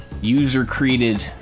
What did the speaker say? user-created